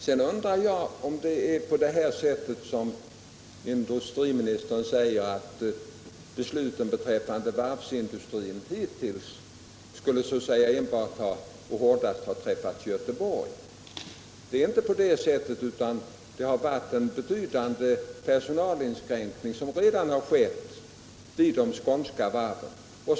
Sedan vill jag inte hålla med om att det är på det sättet som industriministern säger att besluten beträffande varvsindustrin hittills hårdast har träffat Göteborg. Så är det inte — det har redan skett en betydande personalinskränkning vid de skånska varven.